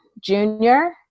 junior